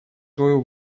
свою